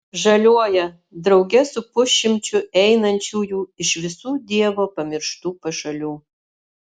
žaliuoja drauge su pusšimčiu einančiųjų iš visų dievo pamirštų pašalių